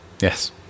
yes